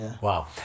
wow